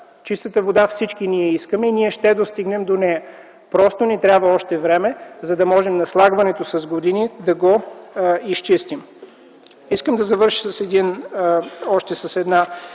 Чистата вода всички ние я искаме и ще достигнем до нея. Просто ни трябва още време, за да можем наслагването с години да го изчистим. Искам да завърша с още една